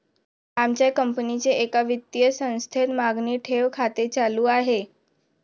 आमच्या कंपनीचे एका वित्तीय संस्थेत मागणी ठेव खाते चालू आहे